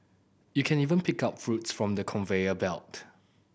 you can even pick up fruits from the conveyor belt